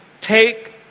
take